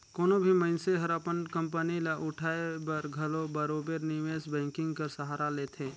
कोनो भी मइनसे हर अपन कंपनी ल उठाए बर घलो बरोबेर निवेस बैंकिंग कर सहारा लेथे